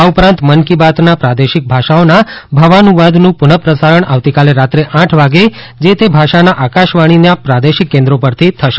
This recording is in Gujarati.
આ ઉપરાંત મન કી બાતના પ્રાદેશિક ભાષાઓના ભાવાનુવાદનું પુનઃ પ્રસારણ આવતીકાલે રાત્રે આઠ વાગે જે તે ભાષાના આકાશવાણીની પ્રાદેશિક કેન્દ્રો પરથી થશે